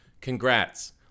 Congrats